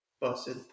busted